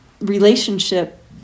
relationship